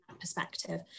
perspective